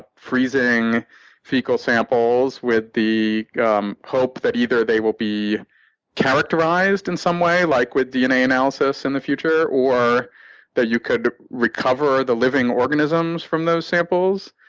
freezing fecal samples with the um hope that either they will be characterized in some way, like with dna analysis, in the future, or that you could recover the living organisms from those samples.